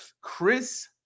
Chris